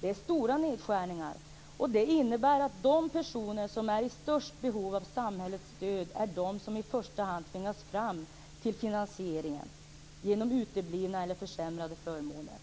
Detta är stora nedskärningar som innebär att de personer som är i störst behov av samhällets stöd är de som i första hand tvingas bidra till finansieringen genom uteblivna eller försämrade förmåner.